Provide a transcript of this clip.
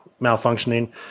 malfunctioning